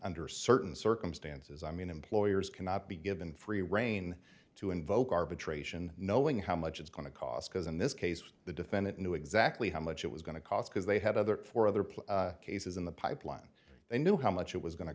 under certain circumstances i mean employers cannot be given free reign to invoke arbitration knowing how much it's going to cost because in this case the defendant knew exactly how much it was going to cost because they had other four other play cases in the pipeline they knew how much it was going to